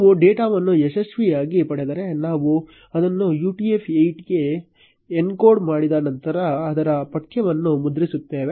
ನಾವು ಡೇಟಾವನ್ನು ಯಶಸ್ವಿಯಾಗಿ ಪಡೆದರೆ ನಾವು ಅದನ್ನು utf 8 ಗೆ ಎನ್ಕೋಡ್ ಮಾಡಿದ ನಂತರ ಅದರ ಪಠ್ಯವನ್ನು ಮುದ್ರಿಸುತ್ತೇವೆ